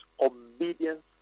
obedience